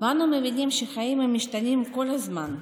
ואנחנו מבינים שהחיים משתנים כל הזמן.